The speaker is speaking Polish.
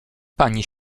pani